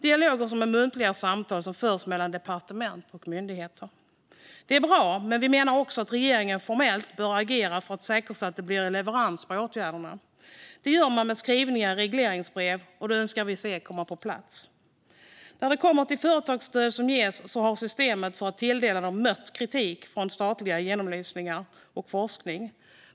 Dialogerna är muntliga samtal som förs mellan departement och myndigheter. Det är bra, men vi menar att regeringen också bör agera för att formellt säkerställa att det blir leverans på åtgärderna. Det gör man med skrivningar i regleringsbrev, och det önskar vi se komma på plats. När det gäller företagsstöden har systemet för att tilldela dessa mött kritik i statliga genomlysningar och forskning.